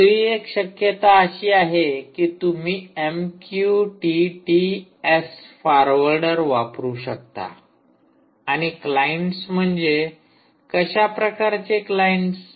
दुसरी एक शक्यता अशी आहे कि तुम्ही एमक्यूटीटी एस फॉर्वर्डर वापरू शकता आणि क्लाईंटस म्हणजे कशाप्रकारचे क्लाईंटस